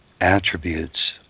attributes